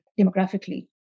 demographically